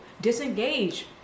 disengage